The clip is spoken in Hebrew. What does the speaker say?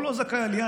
הוא לא זכאי עלייה,